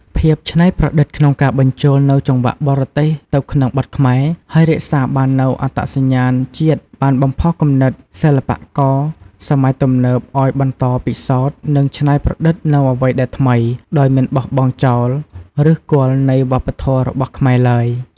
ភាពច្នៃប្រឌិតក្នុងការបញ្ចូលនូវចង្វាក់បរទេសទៅក្នុងបទខ្មែរ ហើយរក្សាបាននូវអត្តសញ្ញាណជាតិ បានបំផុសគំនិតសិល្បករសម័យទំនើបឱ្យបន្ត ពិសោធន៍ និងច្នៃប្រឌិត នូវអ្វីដែលថ្មី ដោយមិនបោះបង់ចោលឫសគល់នៃវប្បធម៌របស់ខ្មែរឡើយ ។